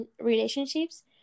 relationships